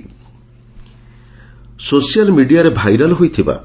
video viral social ମିଡିଆରେ viral ହୋଇଥିବା